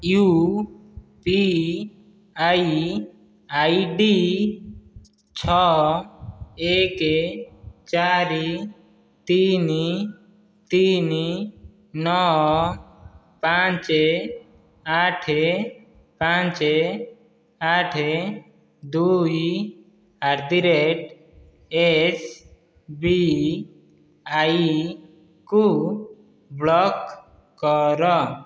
you P I I D ଛଅ ଏକେ ଚାରି ତିନି ତିନି ନଅ ପାଞ୍ଚେ ଆଠେ ପାଞ୍ଚେ ଆଠେ ଦୁଇ ଆଟ୍ ଦି ରେଟ୍ ଏସ୍ବିଆଇକୁ ବ୍ଲକ୍ କର